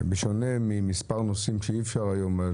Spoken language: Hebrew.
בשונה ממספר נושאים שאי אפשר היום על